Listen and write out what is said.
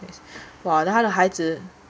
!wah! 他的孩子